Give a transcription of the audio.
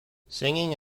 singing